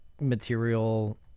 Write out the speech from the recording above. material